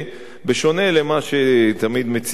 בשונה ממה שתמיד מציגים פה,